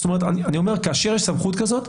זאת אומרת, אני אומר, כאשר יש סמכות כזאת,